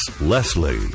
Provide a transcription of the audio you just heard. Leslie